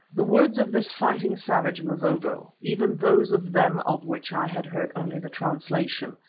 the words of this fighting savage, mavovo, even those of them of which i had heard only the translation,